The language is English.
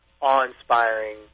awe-inspiring